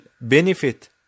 benefit